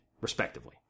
respectively